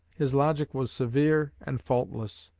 his logic was severe and faultless.